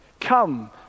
Come